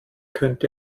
könnt